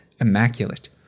immaculate